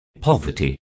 poverty